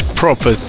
proper